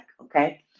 okay